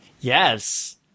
yes